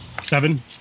Seven